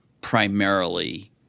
primarily